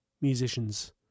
musicians